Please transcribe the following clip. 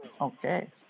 Okay